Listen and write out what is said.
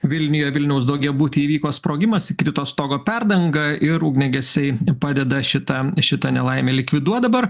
vilniuje vilniaus daugiabuty įvyko sprogimas įkrito stogo perdanga ir ugniagesiai padeda šitą šitą nelaimę likviduot dabar